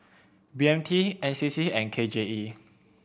B M T N C C and K J E